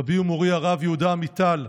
רבי ומורי הרב יהודה עמיטל,